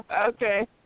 Okay